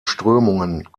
strömungen